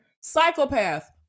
Psychopath